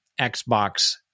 xbox